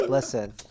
Listen